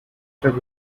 truck